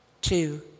Two